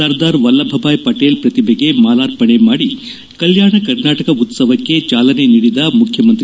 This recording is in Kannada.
ಸರ್ದಾರ್ ವಲ್ಲಭಭಾಯಿ ಪಟೇಲ್ ಪ್ರತಿಮೆಗೆ ಮಾಲಾರ್ಪಣೆ ಮಾಡಿ ಕಲ್ಯಾಣ ಕರ್ನಾಟಕ ಉತ್ಸವಕ್ಷೆ ಚಾಲನೆ ನೀಡಿದ ಮುಖ್ಯಮಂತ್ರಿ